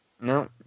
No